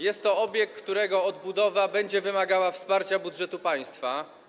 Jest to obiekt, którego odbudowa będzie wymagała wsparcia z budżetu państwa.